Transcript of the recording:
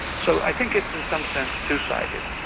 so i think it's in some sense two sided.